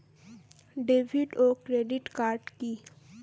David ও credit card কি?